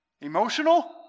Emotional